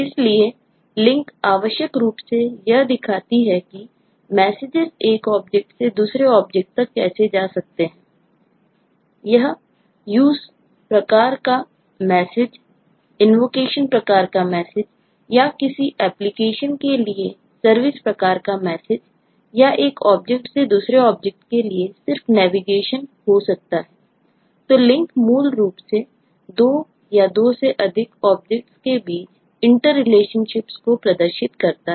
इसलिए लिंक को प्रदर्शित करता है